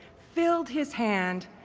filled his hand,